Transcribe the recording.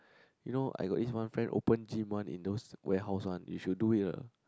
you know I got each one friend open gym one in those warehouse one you should do it er